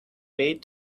maid